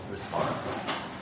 response